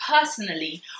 personally